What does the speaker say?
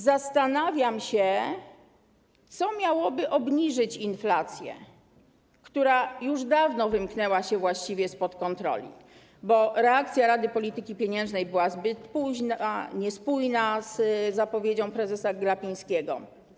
Zastanawiam się, co miałoby obniżyć inflację, która już dawno właściwie wymknęła się spod kontroli, bo reakcja Rady Polityki Pieniężnej była zbyt późna, niespójna z zapowiedzią prezesa Glapińskiego.